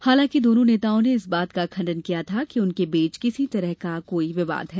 हालांकि दोनो नेताओं ने इस बात का खण्डन किया था कि उनके बीच किसी तरह का कोई विवाद है